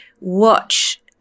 watch